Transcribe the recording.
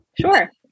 Sure